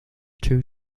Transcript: two